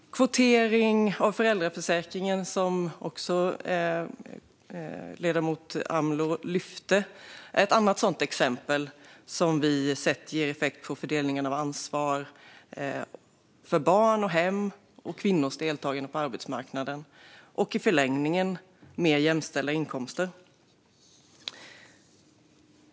Kvotering av föräldraförsäkringen, som ledamoten Amloh lyfte upp, är ett annat exempel som vi sett ger effekt på fördelningen av ansvaret för barn och hem och kvinnors deltagande på arbetsmarknaden. Detta ger i förlängningen mer jämställda inkomster.